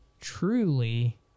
truly